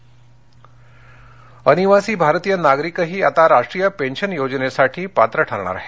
NPS अनिवासी भारतीय नागरिकही आता राष्ट्रीय पेन्शन योजनेसाठी पात्र ठरणार आहेत